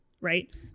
right